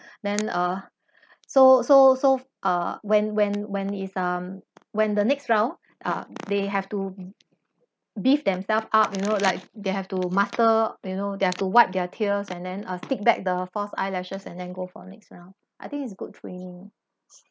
then uh so so so uh when when when is um when the next round ah they have to b~ beefed themselves up you know like they have to master you know they have to wipe their tears and then uh stick back the false eyelashes and then go for next round I think it's good training